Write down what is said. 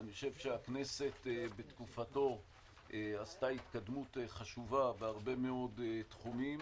אני חושב שהכנסת בתקופתו עשתה התקדמות חשובה בהרבה מאוד תחומים.